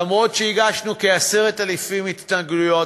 אף-על-פי שהגשנו כ-10,000 התנגדויות,